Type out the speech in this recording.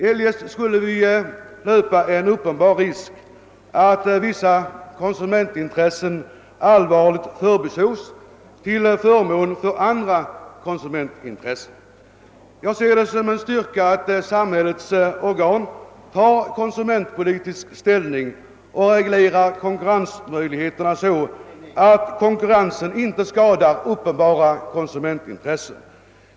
Eljest skulle vi löpa en uppenbar risk att vissa konsumentintressen allvarligt förbisågs till förmån för andra konsumentintressen. Jag ser det som en styrka att samhällets organ tar konsumentpolitisk ställning och reglerar konkurrensmöjligheterna så att konkurrensen inte skadar uppenbara konsumentintressen.